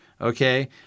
Okay